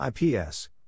IPS